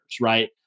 right